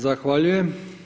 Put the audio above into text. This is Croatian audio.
Zahvaljujem.